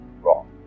Wrong